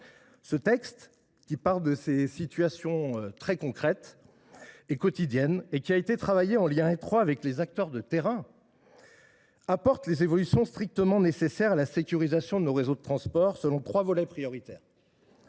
Ce texte, inspiré par ces situations très concrètes et quotidiennes, a été élaboré en lien étroit avec les acteurs de terrain. Il apporte les évolutions strictement nécessaires à la sécurisation de nos réseaux de transport selon trois volets prioritaires.